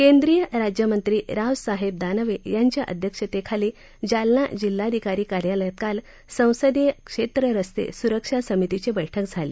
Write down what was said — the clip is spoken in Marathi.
केंद्रीय राज्यमंत्री रावसाहेब दानवे यांच्या अध्यक्षतेखाली जालना जिल्हाधिकारी कार्यालयात काल संसदीय क्षेत्र रस्ते सुरक्षा समितीची बैठक झाली